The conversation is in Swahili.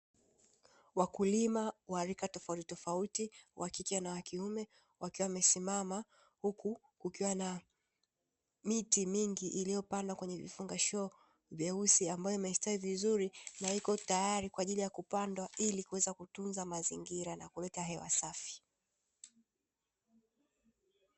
Wakulima wa rika tofautitofauti wa kike na wa kiume, wakiwa wamesimama huku kukiwa na miti mingi iliyopandwa kwenye vifungashio vyeusi ambayo imestawi vizuri, na iko tayari kwa ajili ya kupandwa ili kuweza kutunza mazingira na kuleta hewa safi.